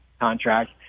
contract